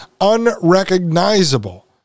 unrecognizable